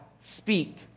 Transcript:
speak